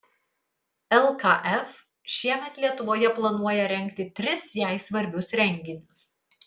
lkf šiemet lietuvoje planuoja rengti tris jai svarbius renginius